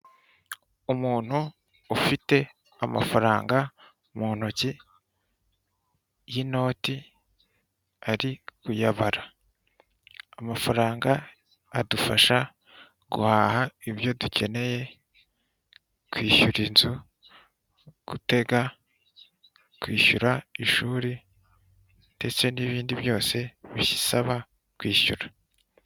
Umuntu ufite amafaranga mu ntoki y' inoti. Ari kuyabara amafaranga adufasha guhaha ibyo ndukeneye kwishyura, inzu, gutega, kwishyura ishuri, ndetse n'ibindi byose bisaba kwishyura.